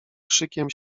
krzykiem